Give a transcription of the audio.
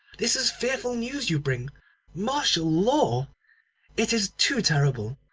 this is fearful news you bring martial law it is too terrible.